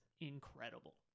incredible